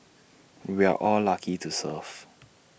we're all lucky to serve